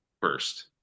first